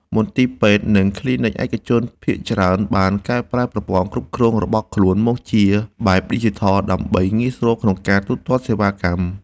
មន្ទីរពេទ្យ និងគ្លីនិកឯកជនភាគច្រើនបានកែប្រែប្រព័ន្ធគ្រប់គ្រងរបស់ខ្លួនមកជាបែបឌីជីថល ដើម្បីងាយស្រួលក្នុងការទូទាត់សេវាកម្ម។